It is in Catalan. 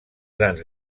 grans